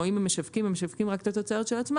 או אם הם משווקים הם משווקים רק את התוצרת של עצמם,